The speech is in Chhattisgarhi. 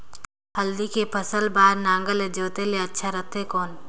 हल्दी के फसल बार नागर ले जोते ले अच्छा रथे कौन?